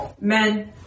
men